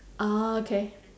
orh okay